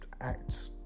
act